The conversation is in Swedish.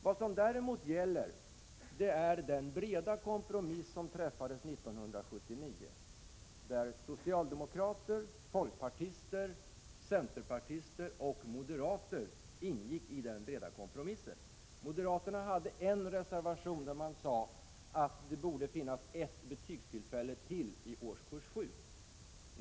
Vad som däremot gäller är den breda kompromiss som 1979 träffades mellan socialdemokrater, folkpartister, centerpartister och moderater. Moderaterna hade en reservation där man sade att det borde finnas ytterligare ett betygstillfälle i årskurs 7.